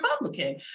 Republican